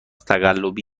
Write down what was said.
تقلبی